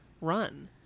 run